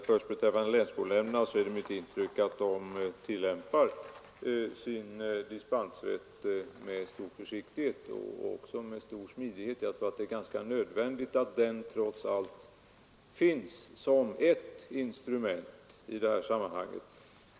Herr talman! Beträffande länsskolnämnderna vill jag säga att det är mitt intryck att de tillämpar sin dispensrätt med stor försiktighet och smidighet. Jag tror att det är nödvändigt att den finns som ett instrument i detta sammanhang.